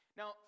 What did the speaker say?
now